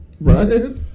Right